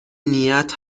نیت